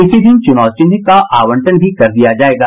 इसी दिन चुनाव चिन्ह का आवंटन भी कर दिया जायेगा